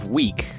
week